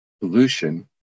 pollution